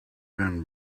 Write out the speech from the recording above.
been